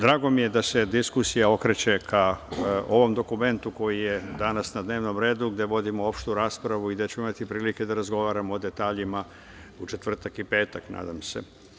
Drago mi je da se diskusija okreće ka ovom dokumentu koji je danas na dnevnom redu, gde vodimo opštu raspravu i gde ćemo imati prilike da razgovaramo o detaljima u četvrtak i petak, nadam se.